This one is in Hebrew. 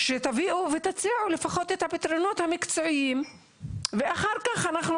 שתביאו ותציעו לפחות את הפתרונות המקצועיים ואחר כך אנחנו